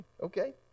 Okay